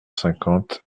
cinquante